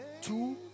two